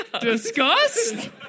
Disgust